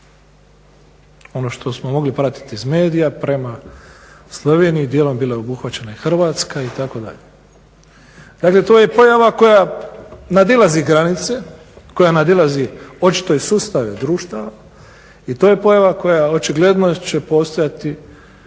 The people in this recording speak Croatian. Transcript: Ono što smo mogli pratiti iz medija prema Sloveniji, dijelom bila je obuhvaćena i Hrvatska itd. Dakle, to je pojava koja nadilazi granice, koja nadilazi očito i sustave društava i to je pojava koja očigledno će postojati